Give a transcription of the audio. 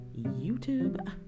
YouTube